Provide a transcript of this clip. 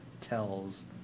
tells